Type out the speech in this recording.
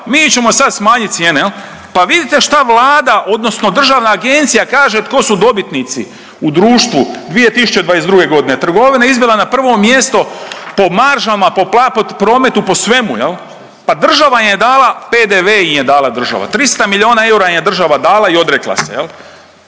mi ćemo sad smanjiti cijene. Pa vidite šta Vlada odnosno Državna agencija kaže tko su dobitnici u društvu 2022. godine. Trgovina izbila na prvo mjesto po maržama, po pla, po prometu, po svemu jel. Pa država im je dala PDV im je dala država. 300 miliona eura im je država dala i odrekla se.